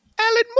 Alan